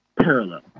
parallel